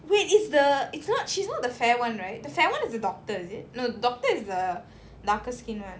wait it's the it's not she's not the fair [one] right the fair [one] is a doctor is it no doctor is the darkest skin right